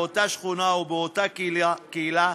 באותה שכונה ובאותה קהילה,